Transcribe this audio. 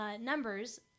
numbers